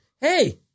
hey